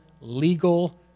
legal